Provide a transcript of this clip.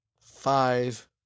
five